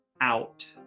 out